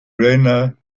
reina